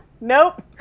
Nope